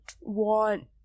want